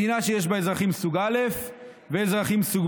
מדינה שיש בה אזרחים סוג א' ואזרחים סוג